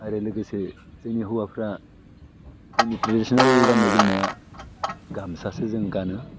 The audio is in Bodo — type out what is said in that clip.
आरो लोगोसे जोंनि हौवाफ्रा जोंनि ट्रेडिशिनेल गान्नाय जोमनाया गामसासो जों गानो